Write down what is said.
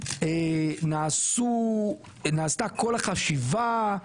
נעשו נעשתה כל החשיבה,